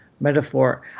Metaphor